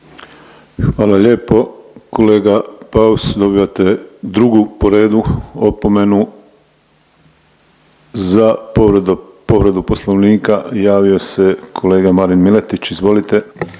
Hvala lijepo. Kolega Paus, dobivate drugu po redu opomenu. Za povredu, povredu Poslovnika javio se kolega Marin Miletić, izvolite.